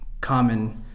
common